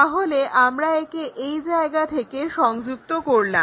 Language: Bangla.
তাহলে আমরা একে এই জায়গা থেকে সংযুক্ত করলাম